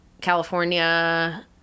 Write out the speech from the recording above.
California